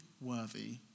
worthy